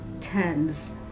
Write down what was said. tens